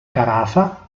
carafa